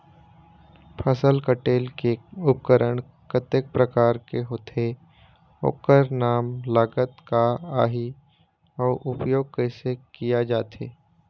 फसल कटेल के उपकरण कतेक प्रकार के होथे ओकर नाम लागत का आही अउ उपयोग कैसे किया जाथे?